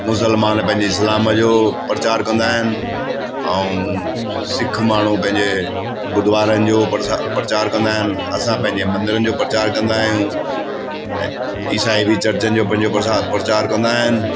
मुसलमान पंहिंजे इस्लाम जो प्रचार कंदा आहिनि ऐं सिख माण्हू पंहिंजे गुरुद्वारनि जो प्रसा प्रचार कंदा आहिनि असां पंहिंजे मंदरनि जो प्रचार कंदा आहियूं ऐं ईसाई बि चर्चनि जो पंहिंजो प्रसा प्रचार कंदा आहिनि